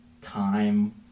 time